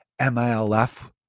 MILF